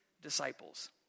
Disciples